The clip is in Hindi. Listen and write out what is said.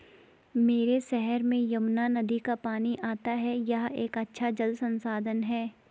मेरे शहर में यमुना नदी का पानी आता है यह एक अच्छा जल संसाधन है